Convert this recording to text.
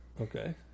Okay